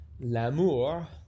L'Amour